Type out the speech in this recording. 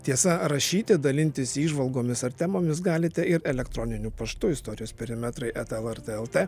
tiesa rašyti dalintis įžvalgomis ar temomis galite ir elektroniniu paštu istorijos perimetrai eta lrt lt